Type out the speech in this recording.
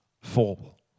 fall